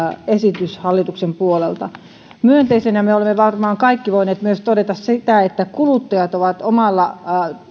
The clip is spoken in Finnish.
esitys hallituksen puolelta myönteisenä me olemme varmaan kaikki myös voineet todeta että kuluttajat ovat omilla